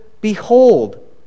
Behold